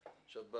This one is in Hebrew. אזי,